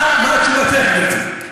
מה תשובתך, גברתי?